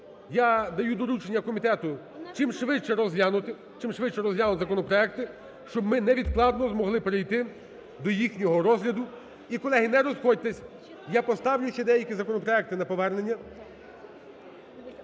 Я даю доручення комітету чимшвидше розглянути, чимшвидше розглянути законопроекти, щоб ми невідкладно змогли перейти до їхнього розгляду. І, колеги, не розходьтеся, я поставлю ще деякі законопроекти на повернення.